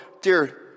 dear